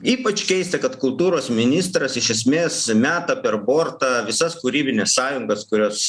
ypač keista kad kultūros ministras iš esmės meta per bortą visas kūrybines sąjungas kurios